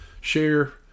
share